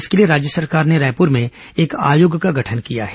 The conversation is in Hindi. इसके लिए राज्य सरकार ने रायपुर में एक आयोग का गठन किया है